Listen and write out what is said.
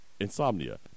insomnia